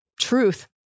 truth